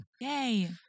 Yay